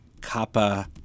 Kappa